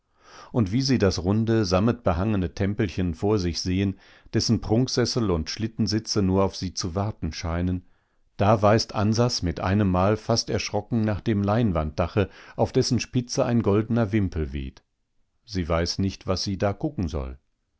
und wie sie das runde sammetbehangene tempelchen vor sich sehen dessen prunksessel und schlittensitze nur auf sie zu warten scheinen da weist ansas mit einemmal fast erschrocken nach dem leinwanddache auf dessen spitze ein goldener wimpel weht sie weiß nicht was sie da gucken soll